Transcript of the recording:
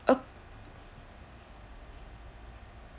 uh